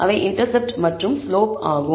அவை இன்டர்செப்ட் மற்றும் ஸ்லோப் ஆகும்